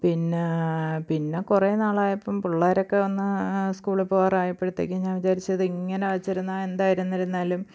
പിന്നേ പിന്നെ കുറേനാൾ ആയപ്പം പിള്ളാരൊക്കെ ഒന്ന് സ്കൂളിൽ പോവാറായപ്പോഴത്തേക്ക് ഞാന് വിചാരിച്ചത് ഇങ്ങനെ വച്ചിരുന്ന എന്തായിരുന്ന് ഇരുന്നാലും